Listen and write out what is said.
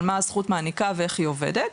על מה הזכות מעניקה ואיך היא עובדת,